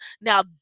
now